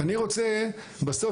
אני רוצה בסוף,